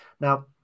now